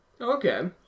Okay